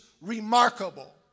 remarkable